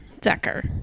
Decker